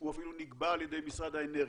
הוא אפילו נקבע על ידי משרד האנרגיה.